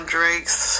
Drake's